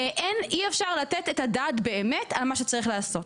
אי-אפשר לתת את הדעת באמת על מה שצריך לעשות.